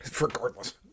regardless